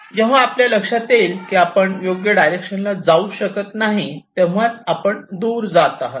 जेव्हा आपल्या लक्षात येईल की आपण योग्य डायरेक्शन ला जाऊ शकत नाही तेव्हाच आपण दूर जात आहात